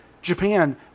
Japan